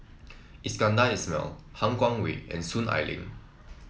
Iskandar Ismail Han Guangwei and Soon Ai Ling